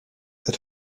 that